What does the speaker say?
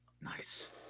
Nice